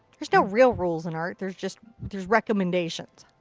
there's no real rules in art. there's just there's recommendations.